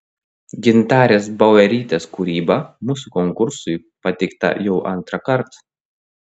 gintarės bauerytės kūryba mūsų konkursui pateikta jau antrąkart